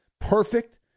Perfect